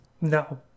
No